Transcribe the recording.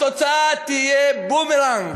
התוצאה תהיה בומרנג.